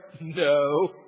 No